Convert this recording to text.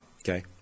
Okay